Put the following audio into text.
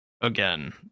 Again